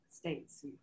States